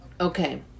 Okay